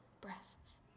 breasts